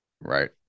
Right